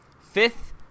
fifth